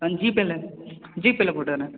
ஆ ஜிபேவில ஜிபேவில போட்டு விட்றேன்